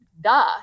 Duh